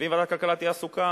ואם ועדת הכלכלה תהיה עסוקה,